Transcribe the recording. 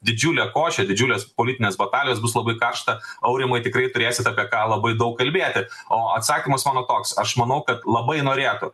didžiulė košė didžiulės politinės batalijos bus labai karšta aurimai tikrai turėsit apie ką labai daug kalbėti o atsakymas mano toks aš manau kad labai norėtų